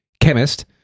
chemist